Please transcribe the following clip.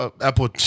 Apple